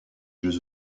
jeux